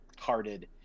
carded